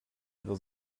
ihre